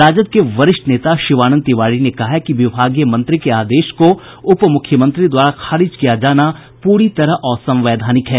राजद के वरिष्ठ नेता शिवानंद तिवारी ने कहा है कि विभागीय मंत्री के आदेश को उपमूख्यमंत्री द्वारा खारिज किया जाना पूरी तरह असंवैधानिक है